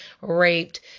raped